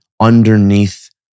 underneath